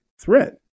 threat